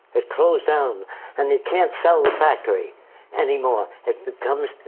it closed down and it can't sell the factory anymore. it becomes.